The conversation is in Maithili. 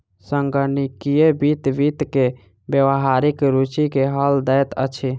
संगणकीय वित्त वित्त के व्यावहारिक रूचि के हल दैत अछि